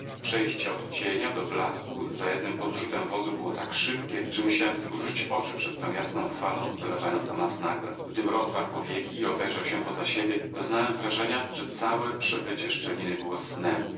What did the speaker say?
przejście od cienia do blasku za jednym podrzutem wozu było tak szybkie że musiałem zmrużyć oczy przed tą jasną falą zalewającą nas nagle gdym rozwarł powieki i obejrzał się poza siebie doznałem wrażenia że całe przebycie szczeliny było snem